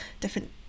different